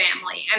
family